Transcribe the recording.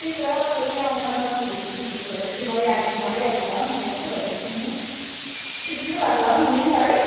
त्यही त कहिले आउँछ मनको ढुकढुक ढुक भइसक्यो भइहाले भइहालेको भए पनि भए पनि हुने जस्तो भइसक्यो नि हौ छिटोछिटो भएको भए पनि हुने नि त है